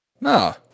No